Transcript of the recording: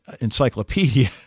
encyclopedia